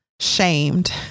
shamed